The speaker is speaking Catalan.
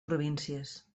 províncies